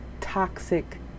toxic